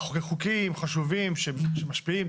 דנים בחוקים חשובים שמשפיעים,